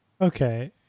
okay